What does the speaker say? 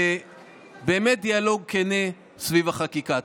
באמת דיאלוג כן סביב החקיקה.